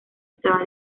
estaba